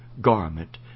garment